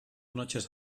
noches